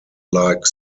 like